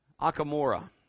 akamora